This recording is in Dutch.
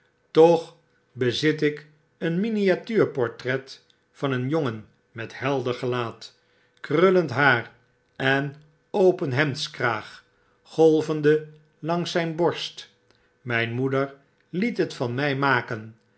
toch bezit ik een miniatuurportret van een jongen met helder gekat krullend haar en open hemdskraag golvende langs zijn borst mijn moeder liet het van mij maken